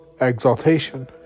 exaltation